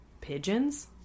pigeons